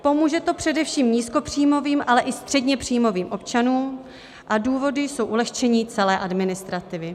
Pomůže to především nízkopříjmovým, ale i středněpříjmovým občanům a důvody jsou ulehčení celé administrativy.